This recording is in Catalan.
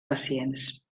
pacients